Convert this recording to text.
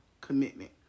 commitment